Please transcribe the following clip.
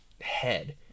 head